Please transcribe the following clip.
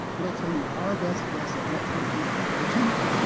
it'll tell you our best guess at what port you're plugged into,